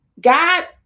God